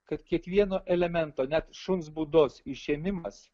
kad kiekvieno elemento net šuns būdos išėmimas